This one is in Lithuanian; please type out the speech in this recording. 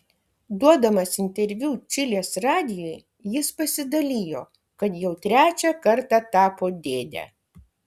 duodamas interviu čilės radijui jis pasidalijo kad jau trečią kartą tapo dėde